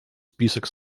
список